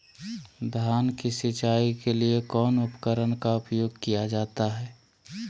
धान की सिंचाई के लिए कौन उपकरण का उपयोग किया जाता है?